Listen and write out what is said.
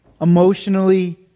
emotionally